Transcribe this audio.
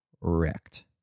wrecked